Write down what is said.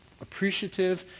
appreciative